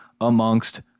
amongst